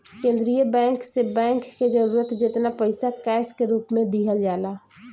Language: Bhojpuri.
केंद्रीय बैंक से बैंक के जरूरत जेतना पईसा कैश के रूप में दिहल जाला